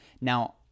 now